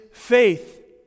faith